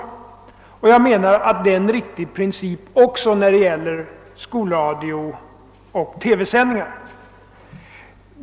Jag anser att det är en riktig princip, också när det gäller skolradio och TV sändningar.